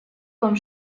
том